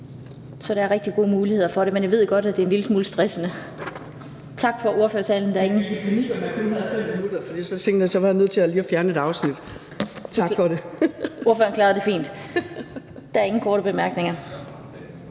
så der er rigtig gode muligheder for det. Men jeg ved godt, at det er en lille smule stressende.